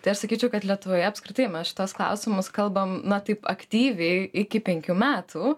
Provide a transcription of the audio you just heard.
tai aš sakyčiau kad lietuvoje apskritai mes šituos klausimus kalbam na taip aktyviai iki penkių metų